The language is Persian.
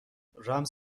رمز